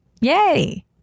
Yay